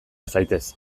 zaitez